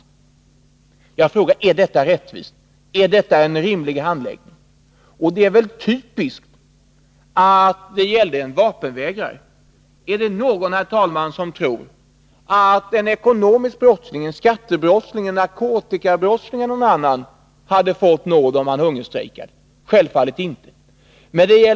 Jag frågar: Är detta rättvist? Är 12 maj 1982 detta en rimlig handläggning? Det är typiskt att det gällde en vapenvägrare. Är det någon, herr talman, som tror att en ekonomisk brottsling, narkotikabrottsling e. d. hade fått nåd om han hungerstrejkat? Självfallet inte.